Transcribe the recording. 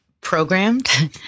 programmed